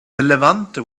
levanter